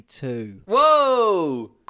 Whoa